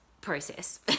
process